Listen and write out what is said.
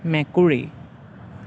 মেকুৰী